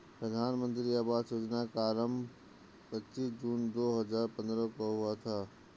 प्रधानमन्त्री आवास योजना का आरम्भ पच्चीस जून दो हजार पन्द्रह को हुआ था